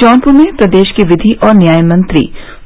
जौनपुर में प्रदेश के विधि और न्याय मंत्री